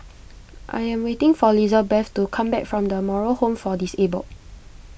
I am waiting for Lizabeth to come back from the Moral Home for Disabled